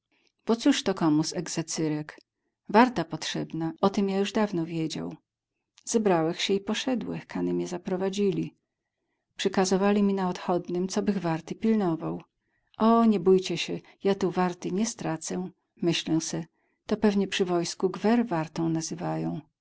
cóż to komu z egzecyrek warta potrzebna o tem ja już dawno wiedział zebrałech sie i poszedłech kany mię zaprowadzili przykazowali mi na odchodnem cobych warty pilnował o nie bójcie sie ja tu warty nie stracę myślę se to pewnie przy wojsku gwer wartą nazywają